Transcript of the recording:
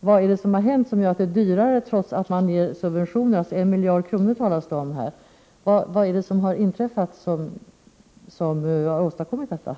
Vad är det som har inträffat som har gjort att det är dyrare trots att det ges subventioner? Det talas alltså om 1 miljard kronor.